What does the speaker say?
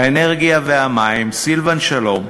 האנרגיה והמים סילבן שלום.